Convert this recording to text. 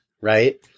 right